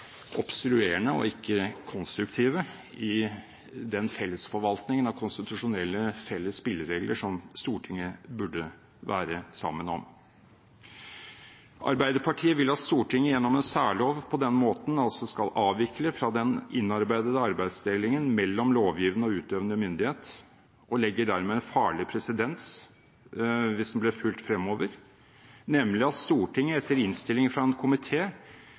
obstruerende og ikke konstruktive i den fellesforvaltningen av konstitusjonelle felles spilleregler som Stortinget burde være sammen om. Arbeiderpartiet vil at Stortinget gjennom en særlov på denne måten skal avvike fra den innarbeidede arbeidsdelingen mellom lovgivende og utøvende myndighet og skaper dermed en farlig presedens, hvis den blir fulgt fremover, nemlig at Stortinget etter innstilling fra en